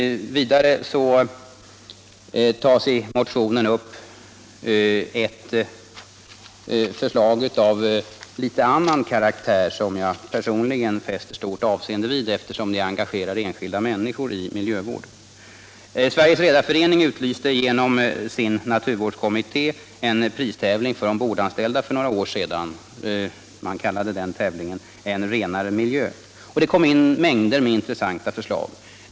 Likaså tar motionärerna upp ett förslag av litet annan karaktär, som jag personligen fäster stort avseende vid eftersom det engagerar enskilda människor i miljövården. Sveriges Redareförening utlyste för några år sedan genom sin naturvårdskommitté en pristävling för ombordanställda. Man kallade tävlingen En renare miljö, och det kom in mängder med intressanta förslag.